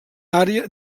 àrea